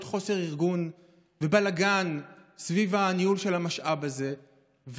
חוסר ארגון ובלגן סביב הניהול של המשאב הזה,